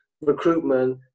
recruitment